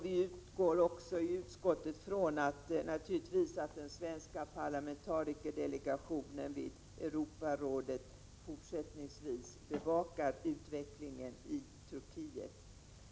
Vi i utskottet utgår naturligtvis från att den svenska parlamentarikerdelegationen vid Europarådet också fortsättningsvis bevakar utvecklingen i Turkiet.